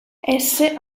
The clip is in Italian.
esse